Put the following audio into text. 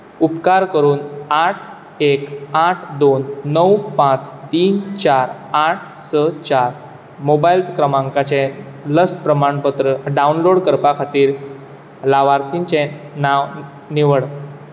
उपकार करून आठ एक आठ दोन णव पांच तीन चार आठ स चार मोबायल क्रमांकाचें लस प्रमाणपत्र डावनलोड करपा खातीर लावार्थींचें नांव निवड